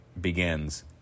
begins